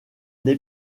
des